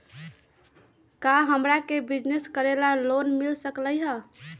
का हमरा के बिजनेस करेला लोन मिल सकलई ह?